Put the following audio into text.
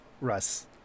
Russ